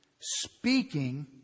speaking